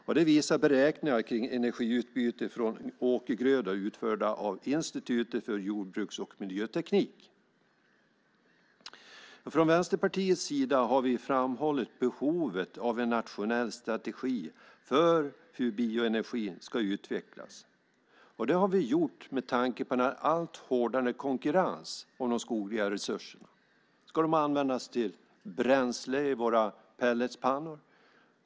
Detta visar beräkningar av energiutbyte från åkergrödor utförda av Institutet för jordbruks och miljöteknik. Från Vänsterpartiets sida har vi framhållit behovet av en nationell strategi för hur bioenergin ska utvecklas. Det har vi gjort med tanke på en alltmer hårdnande konkurrens om de skogliga resurserna. Ska de användas till bränsle i våra pelletspannor?